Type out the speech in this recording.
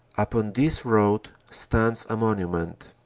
upon this road stands a monument